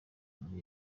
muri